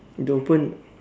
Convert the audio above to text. door open